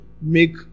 make